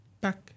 back